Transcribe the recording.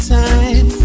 time